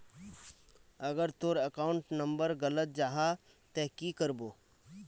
अगर तोर account number गलत जाहा ते की करबो?